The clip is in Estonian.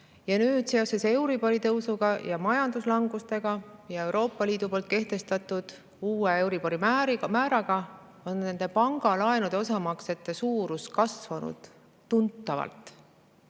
Ja nüüd seoses euribori tõusuga ja majanduslangusega ja Euroopa Liidu kehtestatud euribori uue määraga on inimeste pangalaenude osamaksete suurus tuntavalt